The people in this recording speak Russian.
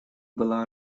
была